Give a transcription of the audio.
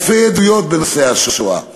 אלפי עדויות, בנושא השואה,